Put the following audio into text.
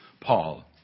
Paul